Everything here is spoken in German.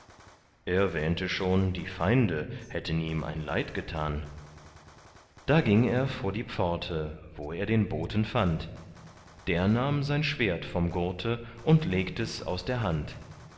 er wähnte schon die feinde hätten ihm ein leid getan da ging er vor die pforte wo er den boten fand der nahm sein schwert vom gurte und legt es aus der hand